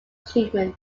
treatment